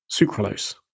sucralose